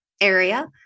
area